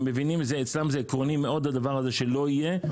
אצלם זה עקרוני מאוד הדבר הזה שלא יהיה,